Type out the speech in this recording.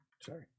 Sorry